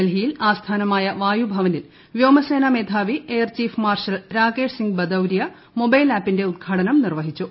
ഡൽഹിയിൽ ആസ്ഥാനമായ വായുഭവനിൽ വ്യോമസേനാ മേധാവി air chief marshal Rakesh Singh Bhadauria mobile ആപ്പിന്റെ ഉദ്ഘാടനം നിർവഹിച്ചു